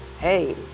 hey